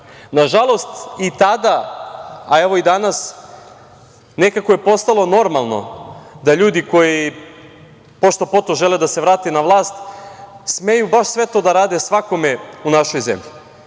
reakciju. Nažalost, i tada, a evo i danas, nekako je postalo normalno da ljudi koji pošto-poto žele da se vrate na vlast, smeju baš sve to da rade svakome u našoj zemlji.